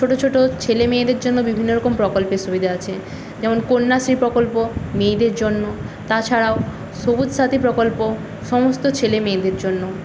ছোটো ছো্টো ছেলেমেয়েদের জন্য বিভিন্ন রকম প্রকল্পের সুবিধা আছে যেমন কন্যাশ্রী প্রকল্প মেয়েদের জন্য তাছাড়াও সবুজ সাথী প্রকল্প সমস্ত ছেলেমেয়েদের জন্য